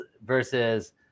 versus